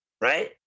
right